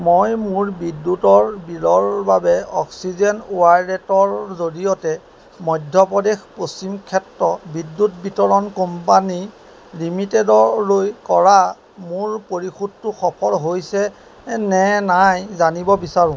মই মোৰ বিদ্যুতৰ বিলৰ বাবে অক্সিজেন ৱালেটৰ জৰিয়তে মধ্যপ্ৰদেশ পশ্চিম ক্ষেত্ৰ বিদ্যুৎ বিতৰণ কোম্পানী লিমিটেডলৈ কৰা মোৰ পৰিশোধটো সফল হৈছে নে নাই জানিব বিচাৰোঁ